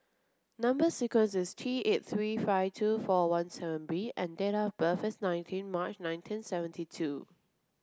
number sequence is T eight three five two four one seven B and date of birth is nineteen March nineteen seventy two